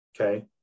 Okay